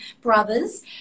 brothers